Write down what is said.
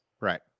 right